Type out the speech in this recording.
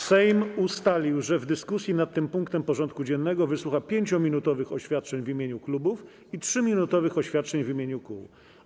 Sejm ustalił, że w dyskusji nad tym punktem porządku dziennego wysłucha 5-minutowych oświadczeń w imieniu klubów i 3-minutowych oświadczeń w imieniu kół.